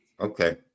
Okay